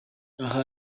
aha